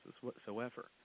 whatsoever